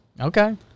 Okay